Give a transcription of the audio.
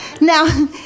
Now